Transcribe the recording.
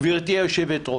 גברתי היושבת-ראש.